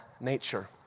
nature